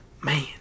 man